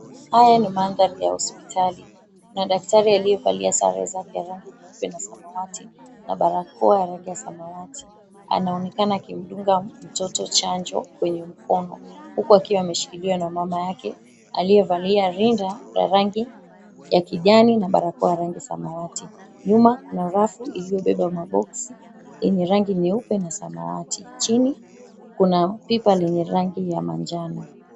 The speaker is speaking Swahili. Haya ni mandhari ya hospitali na daktari aliyevalia sare zake za rangi ya nyeupe na samawati na barakoa ya rangi ya samawati, anaonekana akimdunga mtoto chanjo kwenye mkono huku akiwa ameshiliwa na mama yake aliyevalia rinda la rangi ya kijani na barakoa ya rangi samawati. Nyuma kuna rafu iliyobeba ma box yenye rangi nyeupe na samawati. Chini kuna pipa lenye rangi ya manjano.